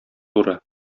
туры